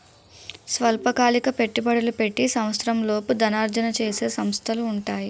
స్వల్పకాలిక పెట్టుబడులు పెట్టి సంవత్సరంలోపు ధనార్జన చేసే సంస్థలు ఉంటాయి